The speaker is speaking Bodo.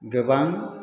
गोबां